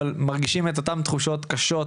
אבל מרגישים את אותן תחושות קשות,